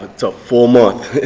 but it's a full month